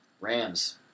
Rams